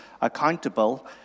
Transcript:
accountable